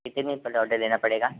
कितने दिन पहले ऑर्डर देना पड़ेगा